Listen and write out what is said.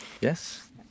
Yes